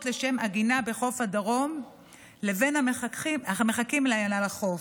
לשם עגינה בחוף הדרום לבין המחכים להם על החוף.